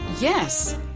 Yes